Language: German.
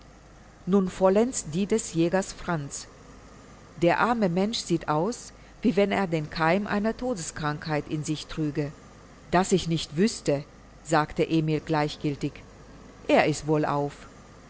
nun vollends die des jägers franz der arme mensch sieht aus wie wenn er den keim einer todeskrankheit in sich trüge daß ich nicht wüßte sagte emil gleichgiltig er ist wohlauf